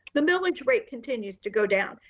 the millage rate continues to go down.